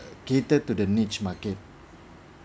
catered to the niche market